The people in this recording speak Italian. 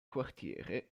quartiere